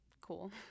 cool